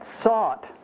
sought